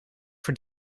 voor